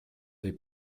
võib